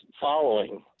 following